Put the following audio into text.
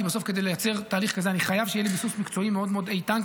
כי כדי לייצר תהליך כזה אני חייב שיהיה לי ביסוס מקצועי מאוד מאוד איתן,